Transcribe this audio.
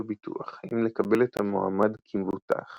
הביטוח האם לקבל את המועמד כמבוטח